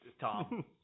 Tom